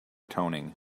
toning